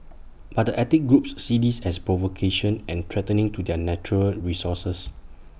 but the ethnic groups see this as provocation and threatening to their natural resources